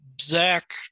zach